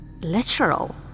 literal